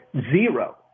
zero